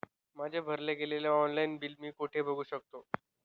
माझे भरले गेलेले ऑनलाईन बिल मी कुठे बघू शकतो?